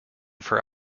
for